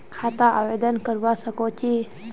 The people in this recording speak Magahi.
खाता आवेदन करवा संकोची?